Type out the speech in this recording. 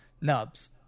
Nubs